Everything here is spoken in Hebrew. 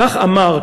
כך אמר,